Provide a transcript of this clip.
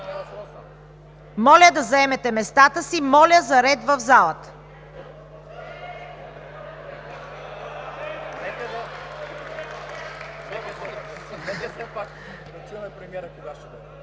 Моля да заемете местата си! Моля за ред в залата!